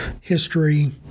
history